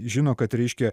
žino kad reiškia